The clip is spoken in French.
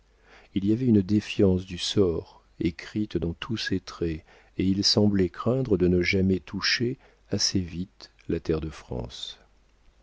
il y avait une défiance du sort écrite dans tous ses traits et il semblait craindre de ne jamais toucher assez vite la terre de france